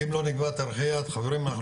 כי אם לא נקבע תאריכי יעד חברים,